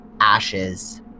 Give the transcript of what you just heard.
ashes